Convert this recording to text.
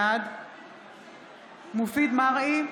בעד מופיד מרעי,